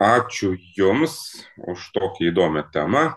ačiū jums už tokią įdomią temą